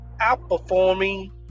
Outperforming